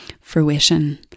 fruition